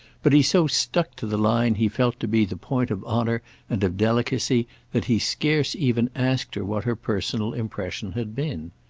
but he so stuck to the line he felt to be the point of honour and of delicacy that he scarce even asked her what her personal impression had been.